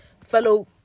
Fellow